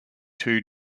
two